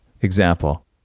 Example